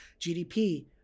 GDP